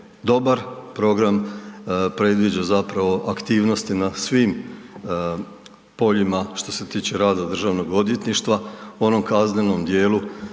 dobar, program predviđa aktivnosti na svim poljima što se tiče rada državnog odvjetništva u onom kaznenom dijelu